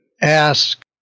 ask